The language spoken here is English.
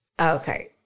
Okay